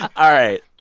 all right.